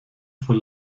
vor